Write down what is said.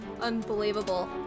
Unbelievable